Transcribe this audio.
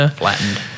flattened